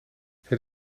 het